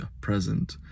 present